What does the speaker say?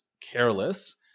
careless